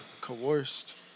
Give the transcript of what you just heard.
coerced